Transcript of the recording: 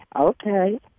Okay